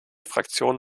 fraktion